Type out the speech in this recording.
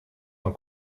van